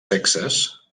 sexes